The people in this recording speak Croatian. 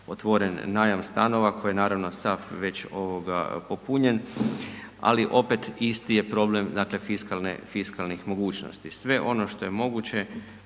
najam stanova koji naravno sav je već popunjen ali opet, isti je problem dakle fiskalnih mogućnosti. Sve ono što je moguće,